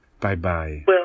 Bye-bye